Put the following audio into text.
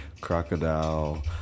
crocodile